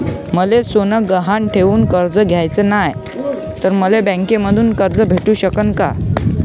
मले सोनं गहान ठेवून कर्ज घ्याचं नाय, त मले बँकेमधून कर्ज भेटू शकन का?